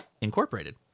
Incorporated